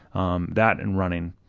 um that, and running.